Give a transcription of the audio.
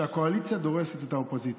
שהקואליציה דורסת את האופוזיציה.